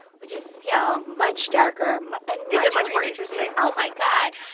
which is, you know, much darker and much more interesting? oh, my god,